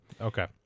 Okay